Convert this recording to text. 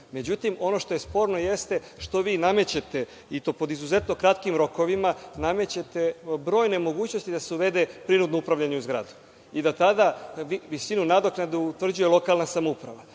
međutim, ono što je sporno jeste što vi namećete, i to po izuzetno kratkim rokovima, brojne mogućnosti da se uvede prinudno upravljanje u zgradi i da tada visinu nadoknade utvrđuje lokalna samouprava. Znate,